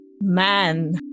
man